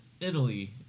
Italy